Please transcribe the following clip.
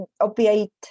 opiate